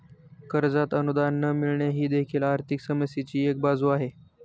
कर्जात अनुदान न मिळणे ही देखील आर्थिक समस्येची एक बाजू आहे